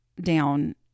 down